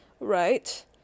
right